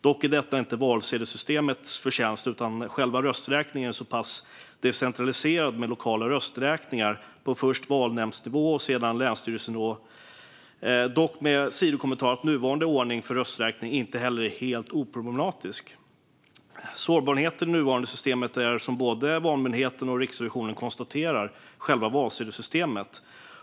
Dock är detta inte valsedelssystemets förtjänst, utan det beror på att själva rösträkningen är så pass decentraliserad med lokala rösträkningar på först valnämndsnivå och sedan länsstyrelsenivå. Dock är inte heller den nuvarande ordningen för rösträkning helt oproblematisk. Sårbarheten i det nuvarande systemet är, som både Valmyndigheten och Riksrevisionen konstaterar, själva valsedelssystemet.